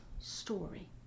Story